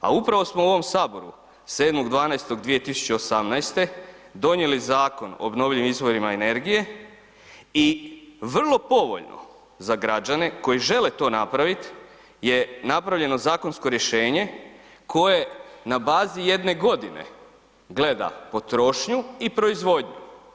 A upravo smo u ovom saboru 7.12.2018. donijeli Zakon o obnovljivim izvorima energije i vrlo povoljno za građane koji žele to napravit je napravljeno zakonsko rješenje koje na bazi jedne godine gleda potrošnju i proizvodnju.